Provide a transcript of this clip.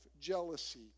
jealousy